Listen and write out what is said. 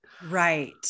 right